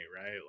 right